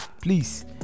please